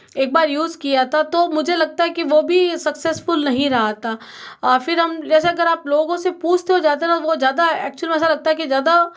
एक बार यूज़ किया था तो मुझे लगता कि वो भी सक्सेसफुल नहीं रहा था आ फिर हम जैसे अगर आप लोगों से पूछते हुए जाते हो ना तो वो ज़्यादा एक्चुअल में ऐसा लगता है कि ज़्यादा